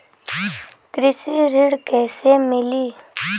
कृषि ऋण कैसे मिली?